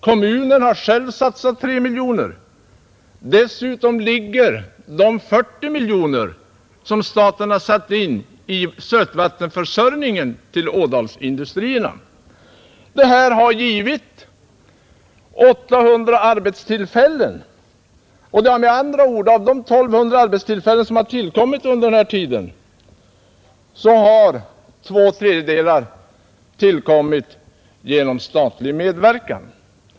Kommuner har själva satsat 3 miljoner kronor. Dessutom kan man räkna in de 40 miljoner kronor som staten har satt in i sötvattenförsörjningen till Ådalsindustrierna. Detta har givit 800 arbetstillfällen. Av de 1 200 arbetstillfällen som tillkommit under denna tid har med andra ord två tredjedelar tillkommit genom statlig medverkan.